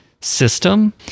system